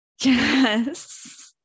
Yes